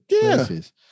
places